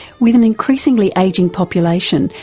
with an increasingly ageing population,